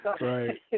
Right